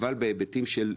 אבל בהיבטים של דו-שימוש.